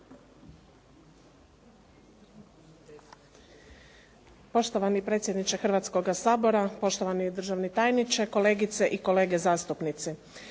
Poštovani predsjedniče Hrvatskoga sabora, poštovani državni tajniče, kolegice i kolege zastupnici.